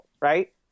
Right